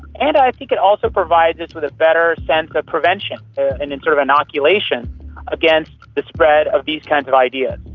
and i think it also provides us with better sense of prevention, and a sort of inoculation against the spread of these kinds of ideas.